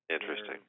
Interesting